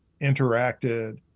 interacted